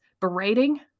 berating